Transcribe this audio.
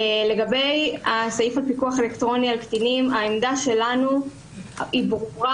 לגבי הסעיף של פיקוח אלקטרוני על קטינים העמדה שלנו ברורה,